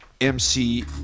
mc